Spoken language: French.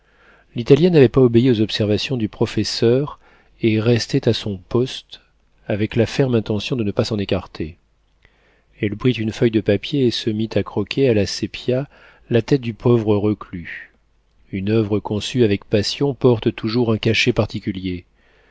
l'italienne n'avait pas obéi aux observations du professeur et restait à son poste avec la ferme intention de ne pas s'en écarter elle prit une feuille de papier et se mit à croquer à la sépia la tête du pauvre reclus une oeuvre conçue avec passion porte toujours un cachet particulier